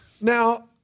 Now